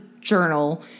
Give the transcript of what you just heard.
journal